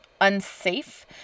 unsafe